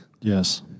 Yes